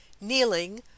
kneeling